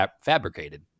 fabricated